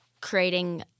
creating